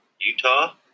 Utah